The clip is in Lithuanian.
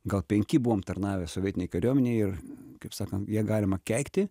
gal penki buvom tarnavę sovietinėj kariuomenėj ir kaip sakant ją galima keikti